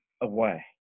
away